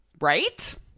right